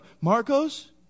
Marcos